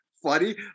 funny